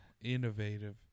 Innovative